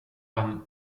han